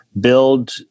build